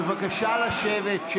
בבקשה לשבת.